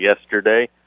yesterday